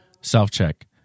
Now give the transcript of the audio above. Self-check